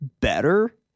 better